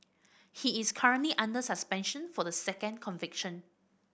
he is currently under suspension for the second conviction